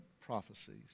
prophecies